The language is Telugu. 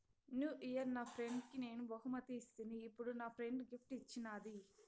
న్యూ ఇయిర్ నా ఫ్రెండ్కి నేను బహుమతి ఇస్తిని, ఇప్పుడు నా ఫ్రెండ్ గిఫ్ట్ ఇచ్చిన్నాది